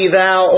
thou